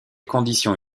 conditions